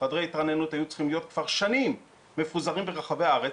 חדרי ההתרעננות היו צריכים להיות כבר שנים מפוזרים ברחבי הארץ,